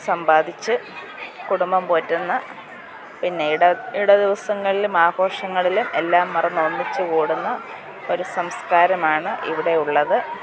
സമ്പാദിച്ച് കുടുംബം പോറ്റുന്ന പിന്നെ ഇട ഇട ദിവസങ്ങളിലും ആഘോഷങ്ങളിലും എല്ലാം മറന്നൊന്നിച്ച് കൂടുന്ന ഒരു സംസ്കാരമാണ് ഇവിടെ ഉള്ളത്